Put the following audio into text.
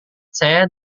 saya